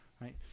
right